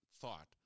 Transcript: thought